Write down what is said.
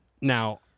Now